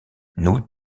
nous